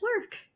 work